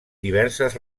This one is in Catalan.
diverses